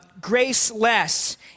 graceless